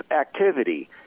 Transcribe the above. activity